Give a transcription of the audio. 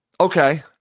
Okay